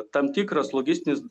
tam tikras logistinis